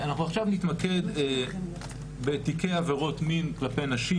אנחנו עכשיו נתמקד בתיקי עבירות מין כלפי נשים